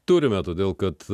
turime todėl kad